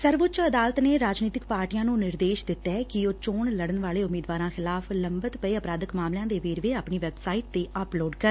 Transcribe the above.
ਸਰਵਉੱਚ ਅਦਾਲਤ ਨੇ ਰਾਜਨੀਤਿਕ ਪਾਰਟੀਆਂ ਨੂੰ ਨਿਰਦੇਸ਼ ਦਿੱਤੈ ਕਿ ਉਹ ਚੋਣ ਲਤਨ ਵਾਲੇ ਉਮੀਦਵਾਰਾਂ ਖਿਲਾਫ਼ ਲੰਬਿਤ ਪਏ ਅਪਰਾਧਿਕ ਮਾਮਲਿਆਂ ਦੇ ਵੇਰਵੇ ਆਪਣੀ ਵੈਬਸਾਈਟ ਤੇ ਅਪਲੋਡ ਕਰਨ